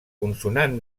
consonant